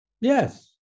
yes